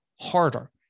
harder